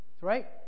right